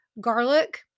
garlic